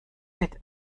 mit